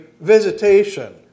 visitation